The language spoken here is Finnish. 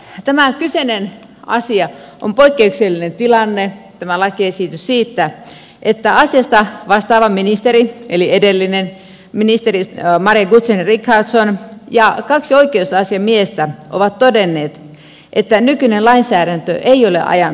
tämä kyseinen asia tämä lakiesitys on poikkeuksellinen tilanne siitä että asiasta vastaava ministeri eli edellinen ministeri maria guzenina richardson ja kaksi oikeusasiamiestä ovat todenneet että nykyinen lainsäädäntö ei ole ajan tasalla